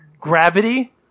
gravity